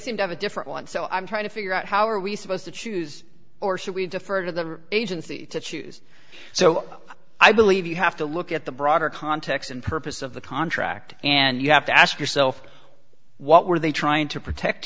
seem to have a different one so i'm trying to figure out how are we supposed to choose or should we defer to the agency to choose so i believe you have to look at the broader context and purpose of the contract and you have to ask yourself what were they trying to protect